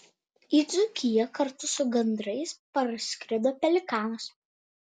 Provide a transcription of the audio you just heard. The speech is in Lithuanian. į dzūkiją kartu su gandrais parskrido pelikanas